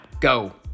go